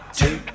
two